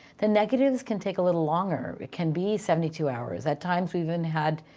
the negatives can take a little longer, it can be seventy two hours. at times we've even had